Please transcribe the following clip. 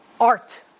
art